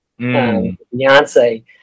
beyonce